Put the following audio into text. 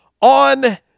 on